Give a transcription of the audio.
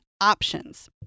options